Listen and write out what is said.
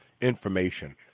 information